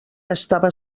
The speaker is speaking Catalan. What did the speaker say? estava